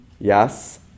yes